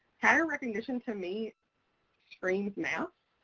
pattern recognition to me screams math.